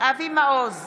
אבי מעוז,